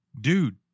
dude